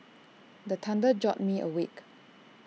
the thunder jolt me awake